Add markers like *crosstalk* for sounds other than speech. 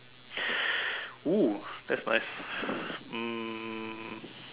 !woo! that's nice *breath* um